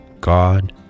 God